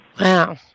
Wow